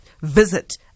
visit